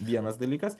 vienas dalykas